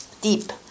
deep